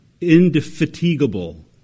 indefatigable